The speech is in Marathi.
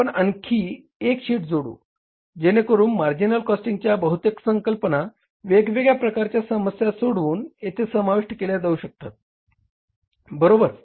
आपण आणखी एक शीटसुद्धा जोडू जेणेकरुन मार्जिनल कॉस्टिंगच्या बहुतेक संकल्पना वेगवेगळ्या प्रकारच्या समस्या सोडवून येथे समाविष्ट केल्या जाऊ शकतात बरोबर